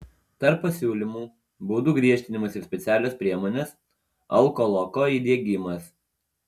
tarp pasiūlymų baudų griežtinimas ir specialios priemonės alkoloko įdiegimas